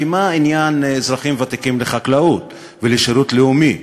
כי מה עניין אזרחים ותיקים ולחקלאות לשירות לאומי?